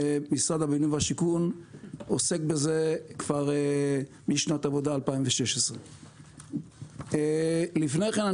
ומשרד הבינוי והשיכון עוסק בזה כבר משנת עבודה 2016. לפני כן,